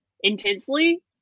intensely